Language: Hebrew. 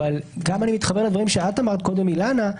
אבל אני גם מתחבר לדברים שאת אמרת קודם, אילנה,